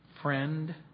friend